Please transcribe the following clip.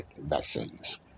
vaccines